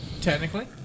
Technically